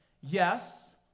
Yes